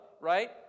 right